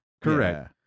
Correct